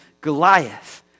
Goliath